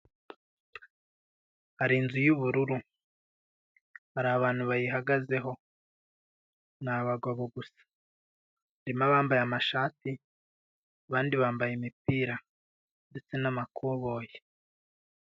Hari inzu y'ubururu, hari abantu bayihagazeho; ni abagabo gusa. Harimo abambaye amashati, abandi bambaye imipira ndetse n'amakoboyi.